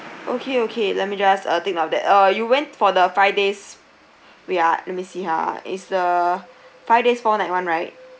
okay okay let me just uh take note of that uh you went for the five days wait ah let me see ah is the five days four nights [one] right